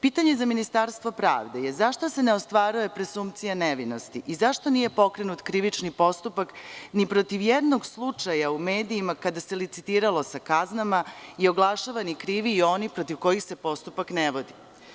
Pitanje za Ministarstvo pravde je – zašto se ne ostvaruje prezunkcija nevinosti i zašto nije pokrenut krivični postupak ni protiv jednog slučaja u medijima, kada se licitiralo sa kaznama i oglašavani krivi i oni protiv kojih se postupak ne vodi.